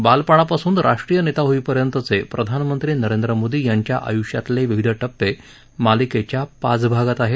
बालपणापासनू राष्ट्रीय नेता होण्यापर्यंतचे प्रधानमंत्री नरेंद्र मोदी यांच्या आयुष्यातले विविध टप्पे मालिकेच्या पाच भागात आहेत